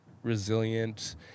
resilient